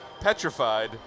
Petrified